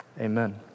amen